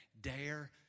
dare